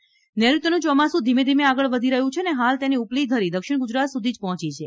ચોમાસુ નૈઋત્યનું ચોમાસુ ધીમે ધીમે આગળ વધી રહ્યું છે અને હાલ તેની ઉપલી ધરી દક્ષિણ ગુજરાત સુધી જ પહોંચી છે